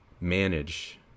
manage